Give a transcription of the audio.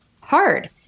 hard